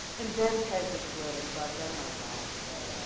and ben's head is exploding, so i've done my job, but,